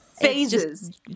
phases